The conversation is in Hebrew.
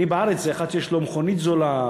עני בארץ זה אחד שיש לו מכונית זולה,